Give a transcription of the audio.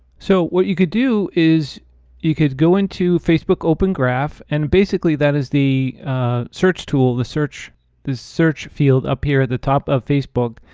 so, what you could do is you could go into facebook open graph and basically, that is the search tool, the search the search field up here at the top of facebook.